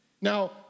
Now